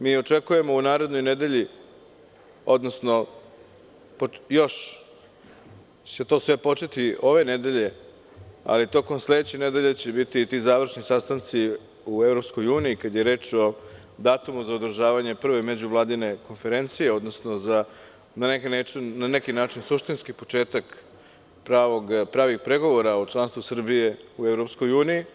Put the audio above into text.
Mi očekujemo u narednoj nedelji, odnosno, to će početi ove nedelje, ali tokom sledeće nedelje će biti ti završni sastanci u EU, kada je reč o datumu za održavanje prve međuvladine konferencije, odnosno za na neki način suštinski početak pravih pregovora o članstvu Srbije u EU.